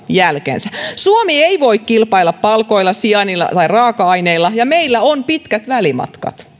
jälkensä suomi ei voi kilpailla palkoilla sijainnilla tai raaka aineilla ja meillä on pitkät välimatkat